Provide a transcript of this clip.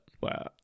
Wow